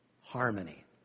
harmony